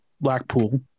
Blackpool